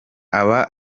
aba